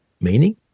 meaning